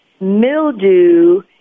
mildew